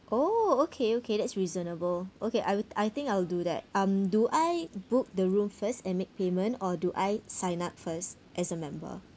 oh okay okay that's reasonable okay I will I think I will do that um do I book the room first and make payment or do I sign up first as a member